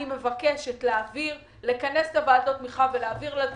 אני מבקשת לכנס את ועדות התמיכה, ולהעביר את